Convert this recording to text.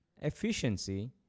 efficiency